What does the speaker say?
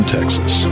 Texas